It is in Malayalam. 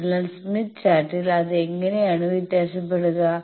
അതിനാൽ സ്മിത്ത് ചാർട്ടിൽ അത് എങ്ങനെയാണ് വ്യത്യാസപെടുക